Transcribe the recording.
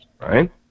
right